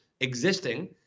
Existing